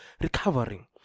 recovering